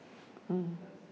mm